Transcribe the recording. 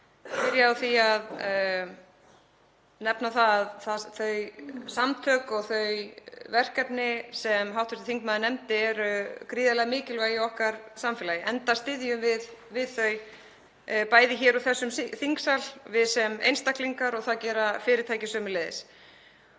byrjað á því að nefna að þau samtök og þau verkefni sem hv. þingmaður nefndi eru gríðarlega mikilvæg í okkar samfélagi enda styðjum við við þau bæði hér í þessum þingsal, við sem einstaklingar og það gera fyrirtæki sömuleiðis.